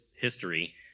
history